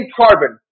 carbon